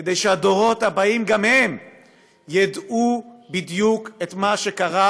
כדי שהדורות הבאים גם הם ידעו בדיוק מה קרה